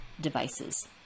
devices